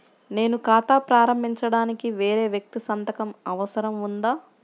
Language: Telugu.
నేను ఖాతా ప్రారంభించటానికి వేరే వ్యక్తి సంతకం అవసరం ఉందా?